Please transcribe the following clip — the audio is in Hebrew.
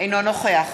אינו נוכח